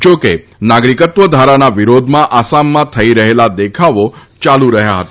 જો કે નાગરિકત્વ ધારાના વિરોધમાં આસામમાં થઇ રહેલા દેખાવો ચાલુ રહ્યા હતા